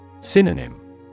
Synonym